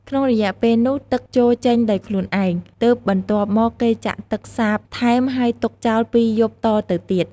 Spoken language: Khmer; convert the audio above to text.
ក្នុងរយៈពេលនោះទឹកជោរចេញដោយខ្លួនឯង ទើបបន្ទាប់មកគេចាក់ទឹកសាបថែមហើយទុកចោល២យប់តទៅទៀត។